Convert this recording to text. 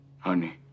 Honey